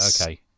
okay